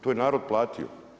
To je narod platio.